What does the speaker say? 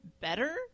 better